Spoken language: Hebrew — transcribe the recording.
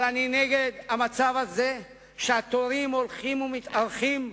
אבל אני נגד המצב הזה שבו התורים הולכים ומתארכים,